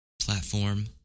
platform